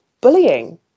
bullying